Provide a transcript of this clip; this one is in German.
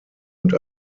und